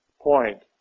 point